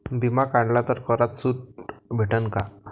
बिमा काढला तर करात सूट भेटन काय?